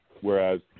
Whereas